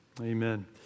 amen